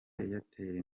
airtel